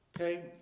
Okay